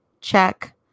check